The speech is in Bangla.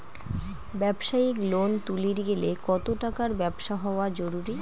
ব্যবসায়িক লোন তুলির গেলে কতো টাকার ব্যবসা হওয়া জরুরি?